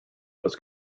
was